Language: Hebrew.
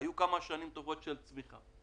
היו כמה שנים טובות של צמיחה.